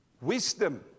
wisdom